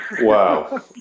Wow